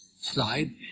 slide